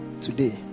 Today